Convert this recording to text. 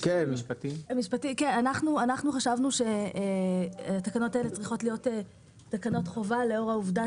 אנחנו חשבנו שהתקנות האלה צריכות להיות תקנות חובה לאור העובדה